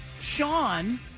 Sean